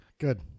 good